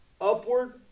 Upward